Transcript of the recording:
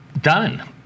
done